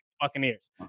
Buccaneers